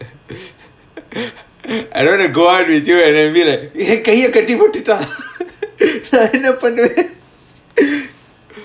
I don't wanna go out with you and then be like eh கைய கட்டி போட்டுட்டா:kaiya katti potutaa நா என்ன பண்ணுவேன்:naa enna pannuvaen